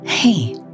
Hey